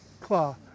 Claw